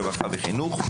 רווחה וחינוך.